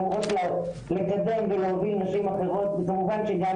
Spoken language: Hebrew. שאמורות לקדם ולהוביל נשים אחרות וכמובן שגם